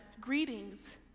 Greetings